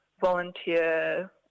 volunteer